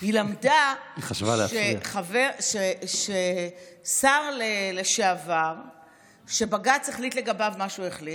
היא למדה ששר לשעבר שבג"ץ החליט לגביו מה שהוא החליט,